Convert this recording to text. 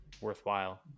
worthwhile